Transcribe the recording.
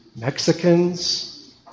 Mexicans